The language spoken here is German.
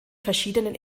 verschiedenen